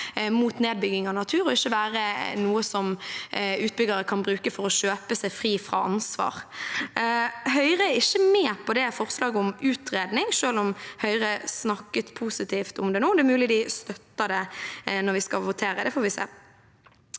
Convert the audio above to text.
mot nedbygging av natur og ikke være noe som utbyggere kan bruke for å kjøpe seg fri fra ansvar. Høyre er ikke med på forslaget om utredning, selv om Høyre snakket positivt om det nå. Det er mulig de støtter det når vi skal votere – det får vi se.